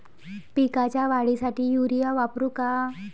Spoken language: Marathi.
पिकाच्या वाढीसाठी युरिया वापरू का?